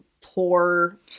poor